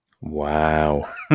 Wow